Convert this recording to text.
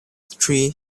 three